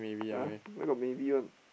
!huh! where got maybe one